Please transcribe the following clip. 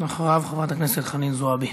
אחריו, חברת הכנסת חנין זועבי.